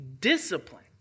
discipline